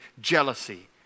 jealousy